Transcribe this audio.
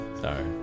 Sorry